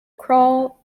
crawl